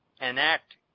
enact